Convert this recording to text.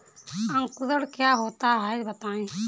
अंकुरण क्या होता है बताएँ?